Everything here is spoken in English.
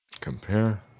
Compare